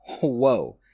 Whoa